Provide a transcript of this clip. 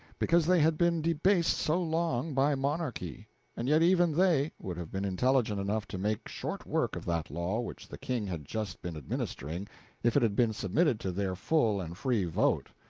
because they had been debased so long by monarchy and yet even they would have been intelligent enough to make short work of that law which the king had just been administering if it had been submitted to their full and free vote.